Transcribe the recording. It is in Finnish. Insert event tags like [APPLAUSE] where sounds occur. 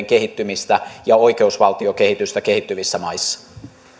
[UNINTELLIGIBLE] kehittymistä ja oikeusvaltiokehitystä kehittyvissä maissa